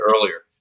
earlier